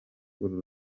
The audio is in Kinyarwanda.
uru